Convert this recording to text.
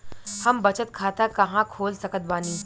हम बचत खाता कहां खोल सकत बानी?